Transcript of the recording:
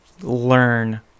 learn